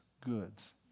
goods